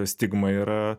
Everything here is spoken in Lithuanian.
stigma yra